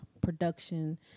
production